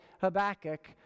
Habakkuk